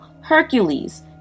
Hercules